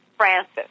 Francis